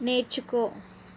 నేర్చుకో